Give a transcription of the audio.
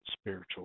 spiritual